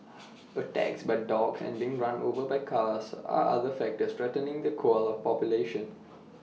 attacks by dogs and being run over by cars are other factors threatening the koala population